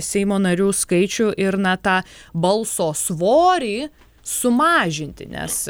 seimo narių skaičių ir na tą balso svorį sumažinti nes